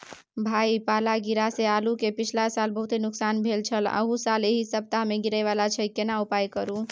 भाई पाला गिरा से आलू के पिछला साल बहुत नुकसान भेल छल अहू साल एहि सप्ताह में गिरे वाला छैय केना उपाय करू?